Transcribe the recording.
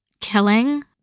killing